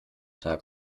tag